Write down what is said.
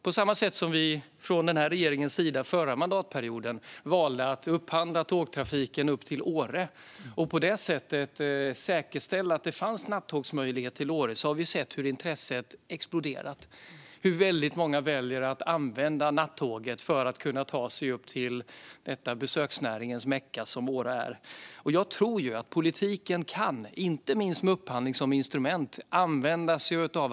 På samma sätt som regeringen under förra mandatperioden valde att upphandla tågtrafiken upp till Åre och på så sätt säkerställa att det fanns nattågsmöjligheter till Åre har vi sett hur intresset har exploderat. Väldigt många väljer att använda nattåget för att kunna ta sig upp till detta besöksnäringens Mecka som Åre är. Jag tror på att politiken kan öppna nya vägar för det som sedan blir kommersiellt gångbart.